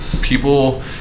people